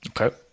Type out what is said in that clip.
Okay